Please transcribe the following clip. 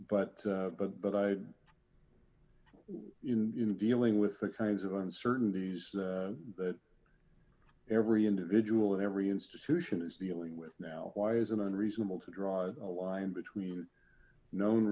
binding but but i in dealing with the kinds of uncertainties that every individual in every institution is dealing with now why isn't unreasonable to draw a line between known